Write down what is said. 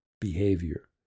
behavior